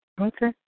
Okay